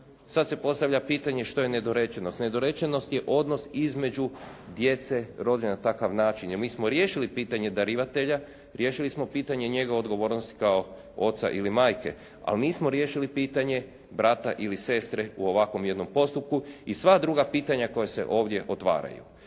Sad se postavlja pitanje što je nedorečenost. Nedorečenost je odnos između djece rođene na takav način. Mi smo riješili pitanje darivatelja, riješili smo pitanje njegove odgovornosti kao oca ili majke ali nismo riješili pitanje brata ili sestre u ovakvom jednom postupku i sva druga pitanja koja se ovdje otvaraju.